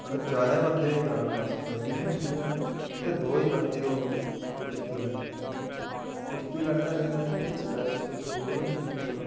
अगर ज्यादा बंदे होई जान तां अस कबड्डी खेढने आं ते दो ही बंदे होन ते तां कुश्ती लड़ने आं कुश्ती लड़ने कन्नै जेह्की स्ट्रैस स्ट्रुस दूर होई जंदी पूरा